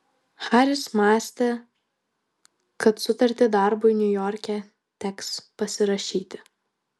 haris mąstė kad sutartį darbui niujorke teks pasirašyti